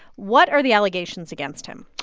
what are the allegations against him?